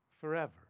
forever